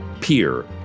peer